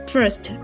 First